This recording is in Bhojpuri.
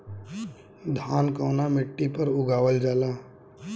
धान कवना मिट्टी पर उगावल जाला?